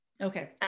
Okay